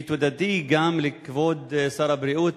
תודתי גם לכבוד שר הבריאות,